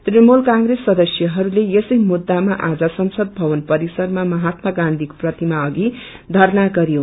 तृणमूल क्रेप्त सदस्यहरूले यसै मुद्दामा आज संसद भवन परिसरमा महात्मा गान्धीको प्रतिमा अधि धरना गत्यो